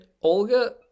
Olga